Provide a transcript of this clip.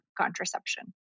contraception